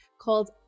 called